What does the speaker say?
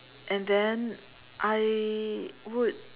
and then I would